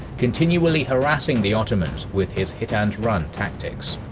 continually harassing the ottomans with his hit and run tactics.